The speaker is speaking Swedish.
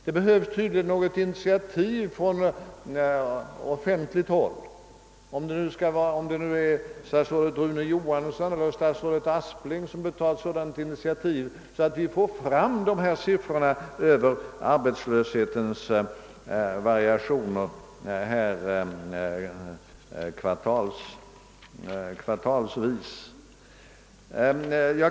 Det behövs tydligen något initiativ från offentligt håll — jag vet inte om det är statsrådet Johansson eller statsrådet Aspling som bör ta ett initiativ för att vi skall få fram dessa siffror över den totala arbetslöshetens variationer kvartalsvis.